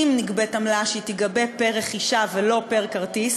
אם נגבית עמלה, שהיא תיגבה פר-רכישה ולא פר כרטיס.